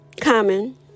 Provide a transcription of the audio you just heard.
common